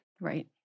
Right